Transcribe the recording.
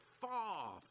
far